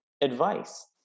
advice